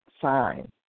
sign